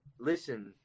listen